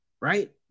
right